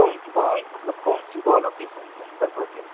कौनसी बॉल मतलब कौनसी बॉल आप डिफेंस नहीं कर पाते हैं